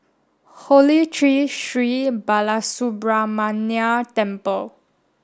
Holy Tree Sri Balasubramaniar Temple